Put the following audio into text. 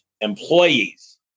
employees